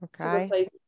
Okay